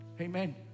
Amen